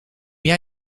jij